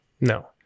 no